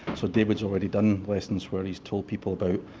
so david's already done lessons where he's told people about